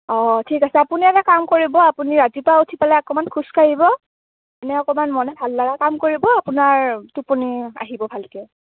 ঠিক আছে আপুনি এটা কাম কৰিব আপুনি ৰাতিপুৱা উঠি পেলাই অকণমান খোজ কাঢ়িব মানে অকণমান মনে ভাল লগা কাম কৰিব আপোনাৰ টোপনি আহিব ভালকৈ